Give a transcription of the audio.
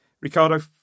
Ricardo